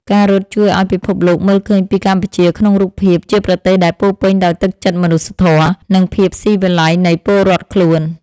ការរត់ជួយឱ្យពិភពលោកមើលឃើញពីកម្ពុជាក្នុងរូបភាពជាប្រទេសដែលពោរពេញដោយទឹកចិត្តមនុស្សធម៌ និងភាពស៊ីវិល័យនៃពលរដ្ឋខ្លួន។